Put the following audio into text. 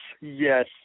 yes